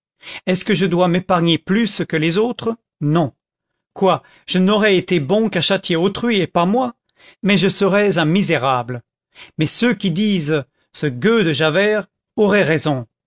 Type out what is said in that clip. est-ce que je dois m'épargner plus que les autres non quoi je n'aurais été bon qu'à châtier autrui et pas moi mais je serais un misérable mais ceux qui disent ce gueux de javert auraient raison